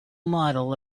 model